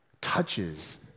touches